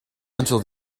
until